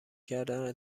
کردن